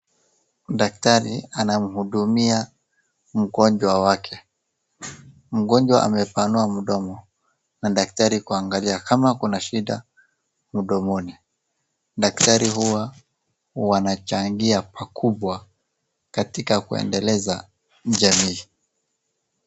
Daktari anamhudumia mgonjwa wake. Mgonjwa amepanua mdomo, na daktari kuangalia kama kuna shida mdomoni. Daktari huwa wanachangia pakubwa katika kuendeleza jamii.